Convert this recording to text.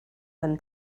when